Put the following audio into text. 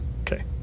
Okay